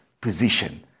position